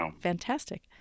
fantastic